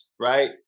right